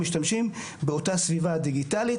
משתמשים באותה סביבה דיגיטלית.